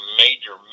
major